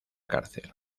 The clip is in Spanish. cárcel